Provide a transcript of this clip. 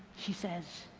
she says.